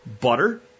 Butter